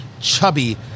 Chubby